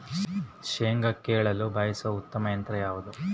ಶೇಂಗಾ ಕೇಳಲು ಬಳಸುವ ಉತ್ತಮ ಯಂತ್ರ ಯಾವುದು?